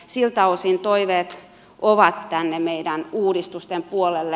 siltä osin toiveet ovat tänne meidän uudistustemme puolelle